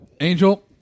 Angel